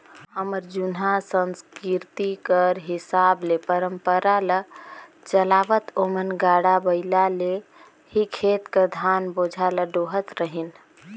हमर जुनहा संसकिरती कर हिसाब ले परंपरा ल चलावत ओमन गाड़ा बइला ले ही खेत कर धान बोझा ल डोहत रहिन